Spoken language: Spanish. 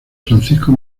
francisco